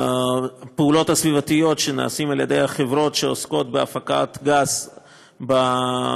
הפעולות הסביבתיות שנעשות על ידי החברות שעוסקות בהפקת גז במרחב